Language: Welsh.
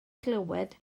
clywed